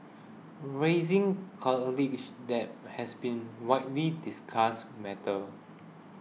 rising college debt has been widely discussed matter